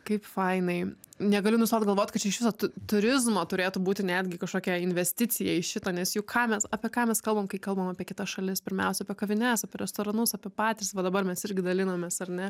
kaip fainai negaliu nustot galvot kad čia iš viso tu turizmo turėtų būti netgi kažkokia investicija į šitą nes juk ką mes apie ką mes kalbam kai kalbam apie kitas šalis pirmiausia apie kavines restoranus apie patys va dabar mes irgi dalinomės ar ne